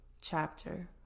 chapter